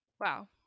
wow